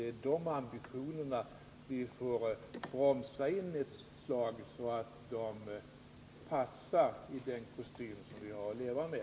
Det är de ambitionerna vi får slå av på ett slag, så att de passar i den kostym som vi har att leva med.